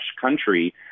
country